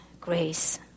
grace